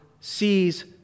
sees